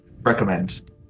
recommend